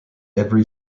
every